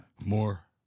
More